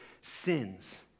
sins